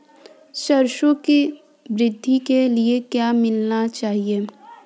सरसों की वृद्धि के लिए क्या मिलाना चाहिए?